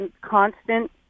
constant